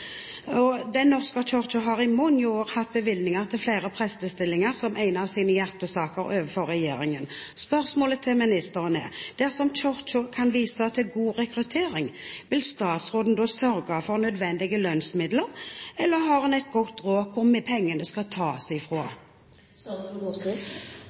stillingene. Den norske kirken har i mange år hatt bevilgninger til flere prestestillinger som en av sine hjertesaker overfor regjeringen. Spørsmålet til ministeren er: Dersom Kirken kan vise til god rekruttering, vil statsråden da sørge for nødvendige lønnsmidler, eller har hun et godt råd om hvor pengene skal tas